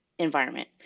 environment